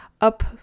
up